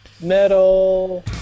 metal